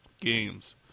games